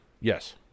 Yes